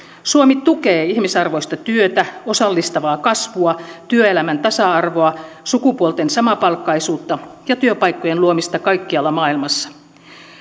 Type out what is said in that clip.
suomi tukee ihmisarvoista työtä osallistavaa kasvua työelämän tasa arvoa sukupuolten samapalkkaisuutta ja työpaikkojen luomista kaikkialla maailmassa